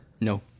No